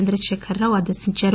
చంద్రశేఖర్ రావు ఆదేశించారు